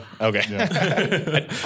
Okay